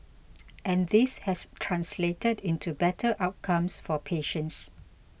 and this has translated into better outcomes for patients